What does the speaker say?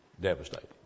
devastating